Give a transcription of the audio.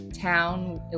town